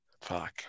fuck